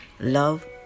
love